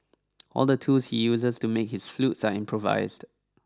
all the tools he uses to make his flutes are improvised